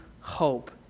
hope